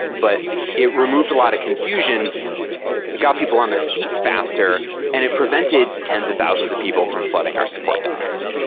but it removed a lot of confusion. it got people on their feet faster and it prevented tens of thousands of people from flooding our support desks.